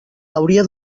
hauria